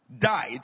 died